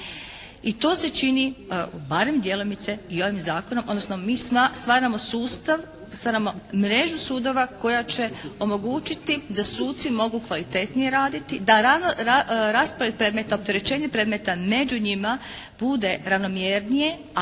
I to se čini, barem djelomice i ovim zakonom, odnosno mi stvaramo sustav, stvaramo mrežu sudova koja će omogućiti da suci mogu kvalitetnije raditi, da raspored predmeta, opterećenje predmeta među njima bude ravnomjernije,